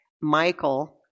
Michael